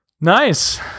Nice